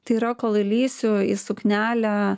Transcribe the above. tai yra kol įlįsiu į suknelę